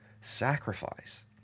sacrifice